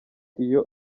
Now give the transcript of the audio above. iyo